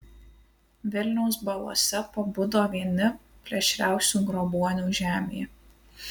vilniaus balose pabudo vieni plėšriausių grobuonių žemėje